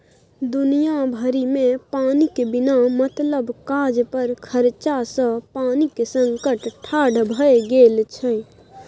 दुनिया भरिमे पानिक बिना मतलब काज पर खरचा सँ पानिक संकट ठाढ़ भए गेल छै